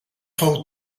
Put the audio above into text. fou